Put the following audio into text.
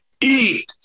eat